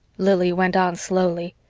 lili went on slowly.